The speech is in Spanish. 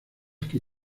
que